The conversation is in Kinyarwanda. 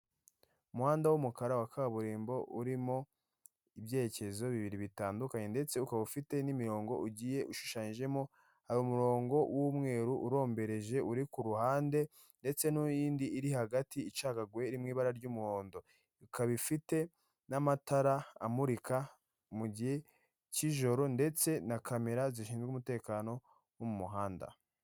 Umuhanda w'umukara wa kaburimbo urimo ibyerekezo bibiri bitandukanye ndetse ukaba ufite n'imirongo ugiye ushushanyijemo hari umurongo w'umweru urombereje uri k'uruhande ndetse n'iyindi iri hagati icagaguwe irimo ibara ry'umuhondo ikaba ifite n'amatara amurika mu gihe cy'ijoro ndetse na kamera zishinzwe umutekano wo mu muhanda.